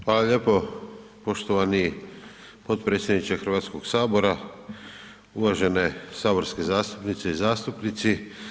Hvala lijepo poštovani potpredsjedniče Hrvatskog sabora, uvezen saborske zastupnice i zastupnici.